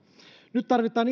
nyt tarvitaan